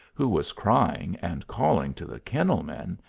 who was crying, and calling to the kennel-men,